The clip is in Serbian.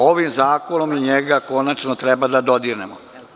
Ovim zakonom i njega konačno treba da dodirnemo.